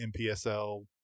MPSL